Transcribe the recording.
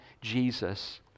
Jesus